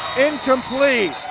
incomplete.